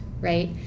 right